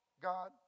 God